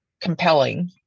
compelling